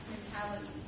mentality